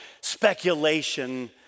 speculation